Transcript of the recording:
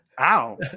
Ow